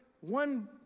one